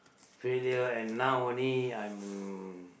failure and now only I'm